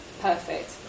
perfect